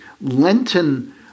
Lenten